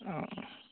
অ